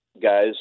guys